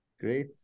Great